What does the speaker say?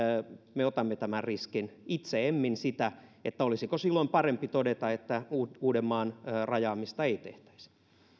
me otamme tämän riskin itse emmin sitä olisiko silloin parempi todeta että uudenmaan rajaamista ei tehtäisi